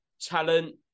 talent